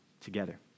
together